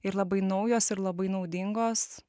ir labai naujos ir labai naudingos